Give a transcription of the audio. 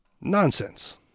Nonsense